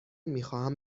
میخواهم